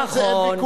על זה אין ויכוח.